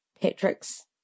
Patrick's